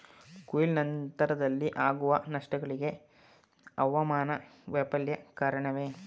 ಕೊಯ್ಲು ನಂತರದಲ್ಲಿ ಆಗುವ ನಷ್ಟಗಳಿಗೆ ಹವಾಮಾನ ವೈಫಲ್ಯ ಕಾರಣವೇ?